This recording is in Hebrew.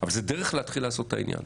אבל זה דרך להתחיל לעשות את העניין.